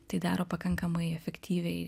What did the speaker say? tai daro pakankamai efektyviai